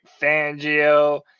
Fangio